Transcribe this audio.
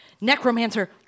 Necromancer